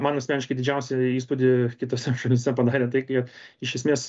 man asmeniškai didžiausią įspūdį kitose šalyse padarė tai ką jie iš esmės